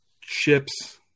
ships